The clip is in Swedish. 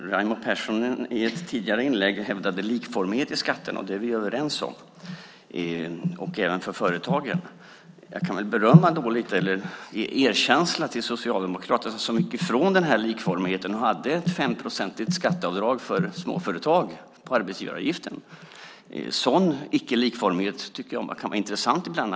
Raimo Pärssinen hävdade i ett tidigare inlägg likformighet i fråga om skatterna och även för företagen. Det är vi överens om. Jag kan väl ge Socialdemokraterna erkänsla som ju gick ifrån likformigheten och hade ett 5-procentigt skatteavdrag för småföretag beträffande arbetsgivaravgiften. Sådan icke-likformighet tycker jag ibland kan vara intressant att diskutera.